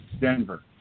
Denver